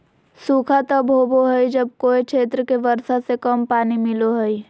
सूखा तब होबो हइ जब कोय क्षेत्र के वर्षा से कम पानी मिलो हइ